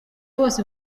bose